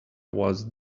was